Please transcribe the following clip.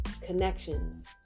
connections